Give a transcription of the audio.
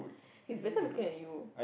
he's better looking at you